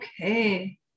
okay